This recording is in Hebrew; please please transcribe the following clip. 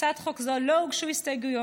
להצעת חוק זו לא הוגשו הסתייגויות,